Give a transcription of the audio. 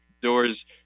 doors